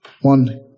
One